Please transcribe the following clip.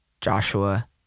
Joshua